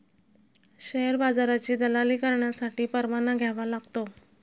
share बाजाराची दलाली करण्यासाठी परवाना घ्यावा लागतो